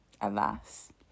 alas